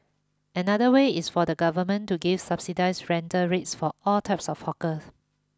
another way is for the government to give subsidised rental rates for all types of hawker